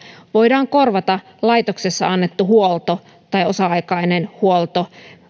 voidaan korvata laitoksessa annettu huolto tai osa aikainen huolto